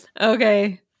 Okay